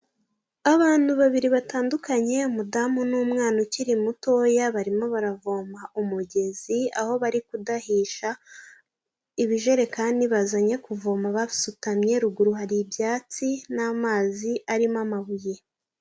Abantu babiri batandukanye, umudamu n'umwana ukiri mutoya, barimo baravoma umugezi, aho bari kudahisha ibijerekani bazanye kuvoma basutamye, ruguru hari ibyatsi n'amazi arimo amabuye